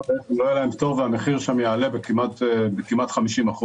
המחיר שם יעלה בכמעט 50%,